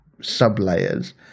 sub-layers